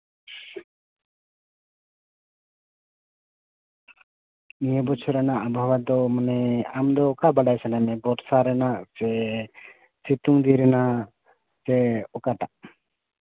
ᱱᱤᱭᱟᱹ ᱵᱚᱪᱷᱚᱨ ᱨᱮᱭᱟᱜ ᱟᱵᱚᱦᱟᱣᱟ ᱢᱟᱱᱮ ᱟᱢ ᱫᱚ ᱚᱠᱟ ᱵᱟᱰᱟᱭ ᱥᱟᱱᱟᱭᱮᱫ ᱢᱮᱭᱟ ᱵᱚᱨᱥᱟ ᱨᱮᱱᱟᱜ ᱥᱮ ᱥᱤᱛᱩᱝ ᱫᱤᱱ ᱨᱮᱱᱟᱜ ᱥᱮ ᱚᱠᱟᱴᱟᱜ